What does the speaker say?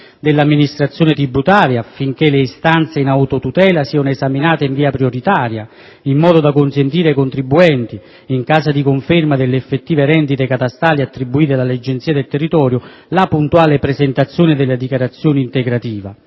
dell'Amministrazione tributaria, affinché le istanze in autotutela siano esaminate in via prioritaria, in modo da consentire ai contribuenti, nell'eventualità di una conferma delle effettive rendite catastali attribuite dall'Agenzia del territorio, la puntuale presentazione della dichiarazione integrativa.